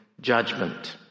judgment